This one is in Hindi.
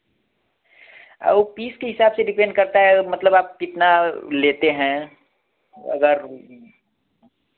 पीस के हिसाब से डिपेंड करता है मतलब आप कितना लेते हैं अगर